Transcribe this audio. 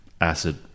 acid